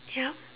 yup